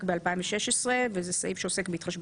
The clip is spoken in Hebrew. התשע"ז-2016 - הכלכלית (תיקוני חקיה להשגת